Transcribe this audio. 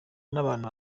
n’abantu